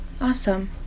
Awesome